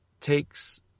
takes